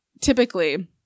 typically